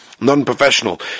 non-professional